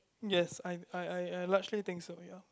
yes I I I I largely think so ya